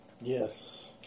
Yes